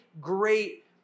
great